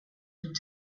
went